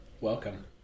welcome